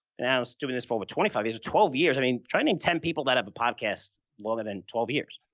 and and i was doing this for over twenty five years, twelve years, i mean, try and name ten people that have a podcast longer than twelve years.